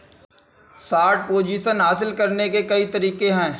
short position हासिल करने के कई तरीके हैं